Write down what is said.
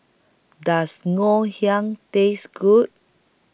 Does Ngoh Hiang Taste Good